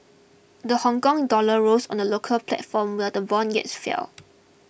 the Hongkong dollar rose on the local platform while the bond yields fell